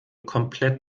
komplett